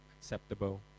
acceptable